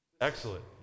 Excellent